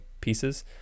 pieces